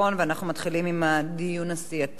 ואנחנו מתחילים בדיון הסיעתי.